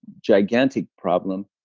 gigantic problem.